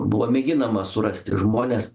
buvo mėginama surasti žmones